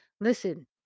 Listen